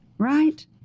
Right